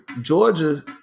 Georgia